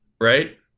right